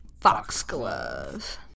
Foxglove